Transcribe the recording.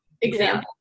example